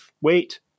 wait